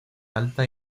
alta